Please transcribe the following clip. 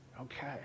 Okay